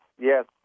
Yes